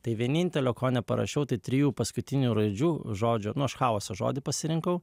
tai vienintelio ko neparašiau tai trijų paskutinių raidžių žodžio nu aš chaosas žodį pasirinkau